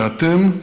שאתם,